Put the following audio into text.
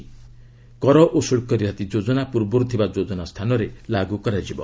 'କର ଓ ଶୁଳ୍କ ରିହାତି ଯୋଜନା' ପୂର୍ବରୁ ଥିବା ଯୋଜନା ସ୍ଥାନରେ ଲାଗୁ ହେବ